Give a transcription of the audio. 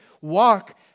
Walk